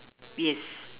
yes